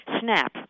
SNAP